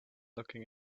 looking